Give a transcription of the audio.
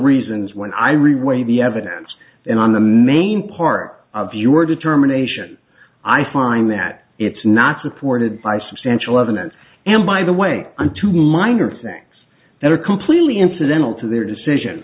reasons when i reread the evidence and on the main part of your determination i find that it's not supported by substantial evidence and by the way on two minor things that are completely incidental to their decision